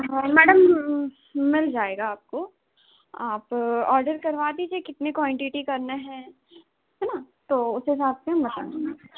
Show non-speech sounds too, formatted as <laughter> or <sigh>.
हाँ मैडम मिल जाएगा आपको आप ऑर्डर करवा दीजिए कितनी क्वानटिटी करना है है ना तो उस हिसाब से हम <unintelligible>